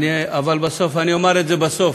אבל אומר את זה בסוף.